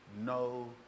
no